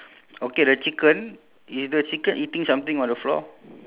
there shouldn't be anymore difference here eh